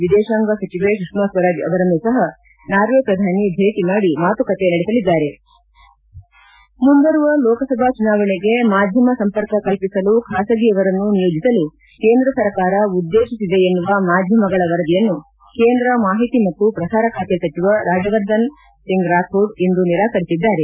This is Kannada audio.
ವಿದೇಶಾಂಗ ಸಚಿವೆ ಸುಷ್ಕಾ ಸ್ವರಾಜ್ ಅವರನ್ನೂ ಸಹ ನಾರ್ವೆ ಪ್ರಧಾನಿ ಭೇಟಿ ಮಾಡಿ ಮಾತುಕತೆ ನಡೆಸಲಿದ್ದಾರೆ ಮುಂಬರುವ ಲೋಕಸಭಾ ಚುನಾವಣೆಗೆ ಮಾಧ್ಯಮ ಸಂಪರ್ಕ ಕಲ್ಪಿಸಲು ಚಾಸಗಿಯವರನ್ನು ನಿಯೋಜಿಸಲು ಕೇಂದ್ರ ಸರ್ಕಾರ ಉದ್ದೇತಿಸಿದೆ ಎನ್ನುವ ಮಾಧ್ಯಮಗಳ ವರದಿಯನ್ನು ಕೇಂದ್ರ ಮಾಹಿತಿ ಮತ್ತು ಶ್ರಸಾರ ಖಾತೆ ಸಚಿವ ರಾಜ್ಲವರ್ಧನ್ ರಾಥೋಡ್ ಇಂದು ನಿರಾಕರಿಸಿದ್ದಾರೆ